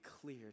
clear